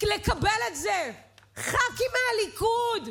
לקבל את זה, ח"כים מהליכוד,